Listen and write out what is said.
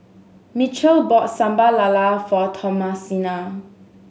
Mitchell bought Sambal Lala for Thomasina